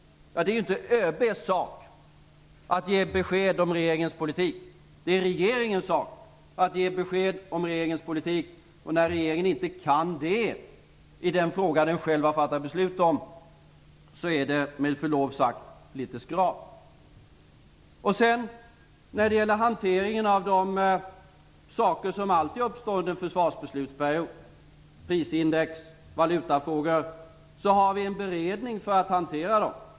Men det är inte ÖB:s sak att ge besked om regeringens politik. Det är regeringens sak att ge besked om regeringens politik. När regeringen inte kan det i den fråga som den själv har fattat beslut om, är det, med förlov sagt, litet skralt. När det gäller hanteringen av saker som alltid uppstår under en försvarsbeslutsperiod - prisindex och valutafrågor - har vi en beredning för att hantera dem.